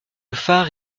phare